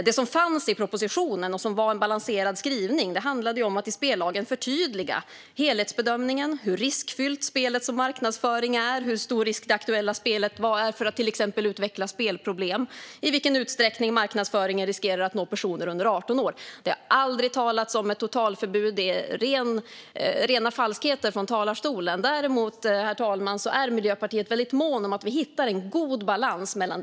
Det som fanns i propositionen och som var en balanserad skrivning var att man i spellagen ska förtydliga helhetsbedömningen - hur riskfylld spelets marknadsföring är, hur stor risk för att utveckla spelproblem som det aktuella spelet innebär och i vilken utsträckning marknadsföringen riskerar att nå personer under 18 år. Det har aldrig talats om ett totalförbud. Det är rena falskheter från talarstolen. Däremot är vi i Miljöpartiet väldigt måna om att hitta en god balans, herr talman.